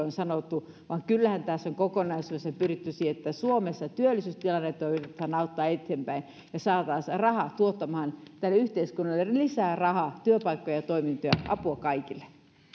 on sanottu vaan kyllähän tässä on kokonaisuudessaan pyritty siihen että suomessa työllisyystilannetta yritetään auttaa eteenpäin jotta saataisiin rahaa tuottamaan tälle yhteiskunnalle lisää työpaikkoja ja toimintoja apua kaikille